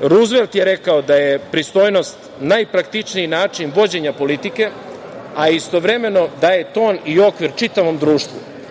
Ruzvelt je rekao da je pristojnost najpraktičniji način vođenja politike, a istovremeno da je to i okvir čitavom društvu.